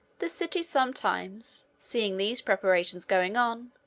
the city, sometimes, seeing these preparations going on,